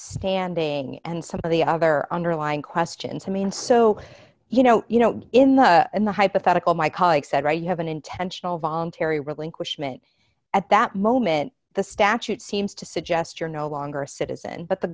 standing and some of the other underlying questions i mean so you know you know in the in the hypothetical my colleague said right you have an intentional voluntary relinquishment at that moment the statute seems to suggest you're no longer a citizen but the